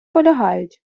полягають